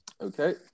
okay